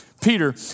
Peter